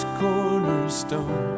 cornerstone